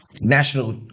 National